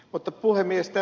tässä ed